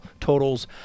totals